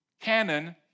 canon